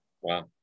Wow